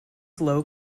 slow